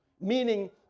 meaning